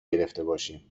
گرفتهباشیم